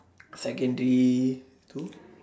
secondary two